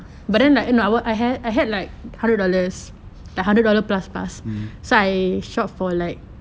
mm